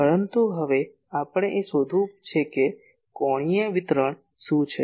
પરંતુ હવે આપણે એ શોધવું છે કે તેનું કોણીય વિતરણ શું છે